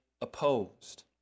opposed